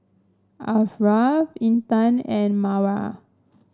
Ashraf Intan and Mawar